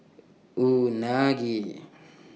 Unagi